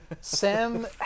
Sam